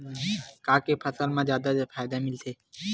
का के फसल मा जादा फ़ायदा मिलथे?